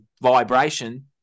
vibration